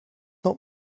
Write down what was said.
not